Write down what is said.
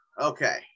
okay